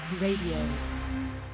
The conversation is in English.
Radio